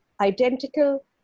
identical